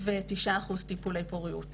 9% מהעובדות היו בטיפולי פוריות